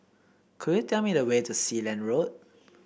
could you tell me the way to Sealand Road